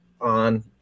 on